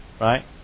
right